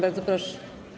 Bardzo proszę.